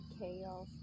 chaos